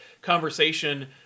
conversation